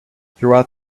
throughout